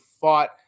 fought